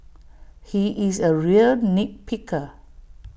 he is A real nit picker